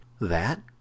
That